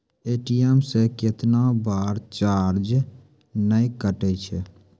ATM से कैतना बार चार्ज नैय कटै छै?